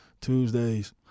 Tuesdays